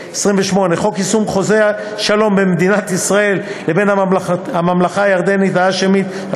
28. חוק יישום חוזה השלום בין מדינת ישראל לבין הממלכה הירדנית ההאשמית,